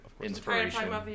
inspiration